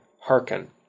hearken